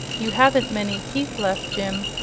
you haven't many teeth left, jim,